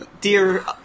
dear